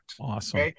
Awesome